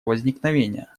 возникновения